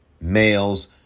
males